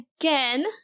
again